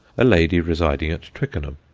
a lady residing at twickenham.